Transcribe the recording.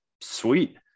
sweet